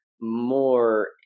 more